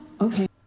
Okay